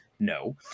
No